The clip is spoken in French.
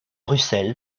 russell